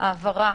ההעברה